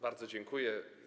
Bardzo dziękuję.